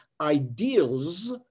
ideals